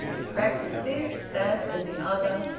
to practise this, that and the other,